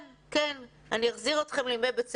כן, אני אחזיר אתכם לימי בית הספר.